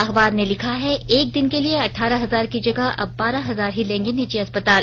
अखबार ने लिखा है एक दिन के लिए अठारह हजार की जगह अब बारह हजार ही लेंगे निजी अस्पताल